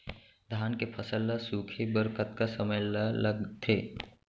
धान के फसल ल सूखे बर कतका समय ल लगथे?